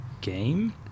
game